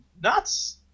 nuts